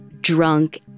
drunk